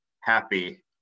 happy